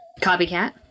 Copycat